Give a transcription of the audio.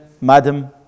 Madam